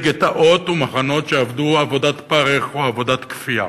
גטאות ומחנות שעבדו עבודת פרך או עבודת כפייה.